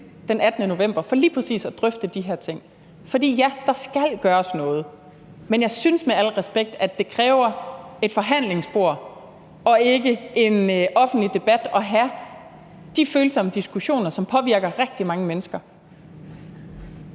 den 18. november for lige præcis at drøfte de her ting. For ja: Der skal gøres noget. Men jeg synes med al respekt, at det kræver et forhandlingsbord, og at det ikke er en offentlig debat i forhold til at have de følsomme diskussioner, som påvirker rigtig mange mennesker.